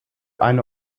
eine